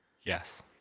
Yes